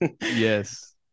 Yes